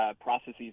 processes